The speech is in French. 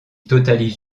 totalise